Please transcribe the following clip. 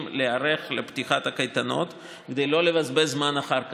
להיערך לפתיחת הקייטנות כדי לא לבזבז זמן אחר כך,